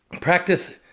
practice